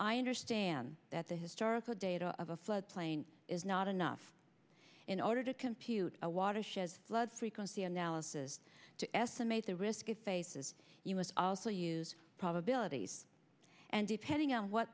i understand that the historical data of a flood plain is not enough in order to compute a watershed flood frequency analysis to estimate the risk of faces you must also use probabilities and depending on what